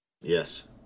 Yes